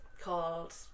called